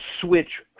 switch